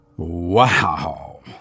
Wow